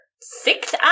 six